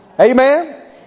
Amen